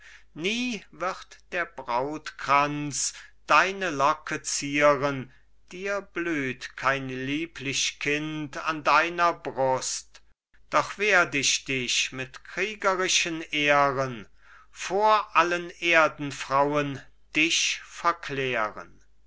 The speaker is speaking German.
nie wird der brautkranz deine locke zieren dir blüht kein lieblich kind an deiner brust doch werd ich dich mit kriegerischen ehren vor allen erdenfrauen dich verklären